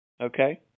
Okay